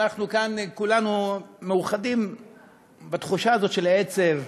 אנחנו כאן כולנו מאוחדים בתחושה הזאת של עצב,